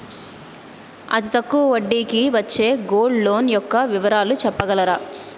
అతి తక్కువ వడ్డీ కి వచ్చే గోల్డ్ లోన్ యెక్క వివరాలు చెప్పగలరా?